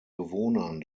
bewohnern